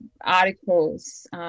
articles